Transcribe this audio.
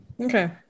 Okay